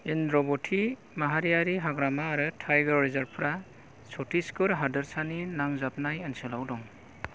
इंद्रावती माहारियारि हाग्रामा आरो टाइगर रिजर्वफोरा छत्तीसगढ़ हादोरसानि नांजाबनाय ओनसोलाव दं